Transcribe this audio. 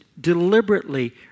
deliberately